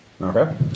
Okay